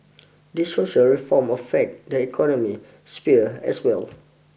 these social reforms affect the economic sphere as well